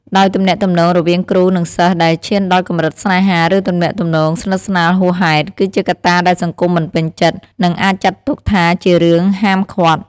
ដោយទំនាក់ទំនងរវាងគ្រូ និងសិស្សដែលឈានដល់កម្រិតស្នេហា ឬទំនាក់ទំនងស្និទ្ធស្នាលហួសហេតុ គឺជាកត្តាដែលសង្គមមិនពេញចិត្ត និងអាចចាត់ទុកថាជារឿងហាមឃាត់។